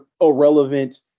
irrelevant